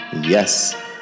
Yes